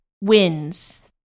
wins